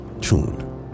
tuned